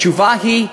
התשובה היא: